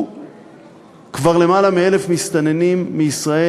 יצאו כבר למעלה מ-1,000 מסתננים מישראל.